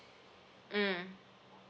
mm